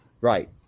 Right